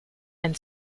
and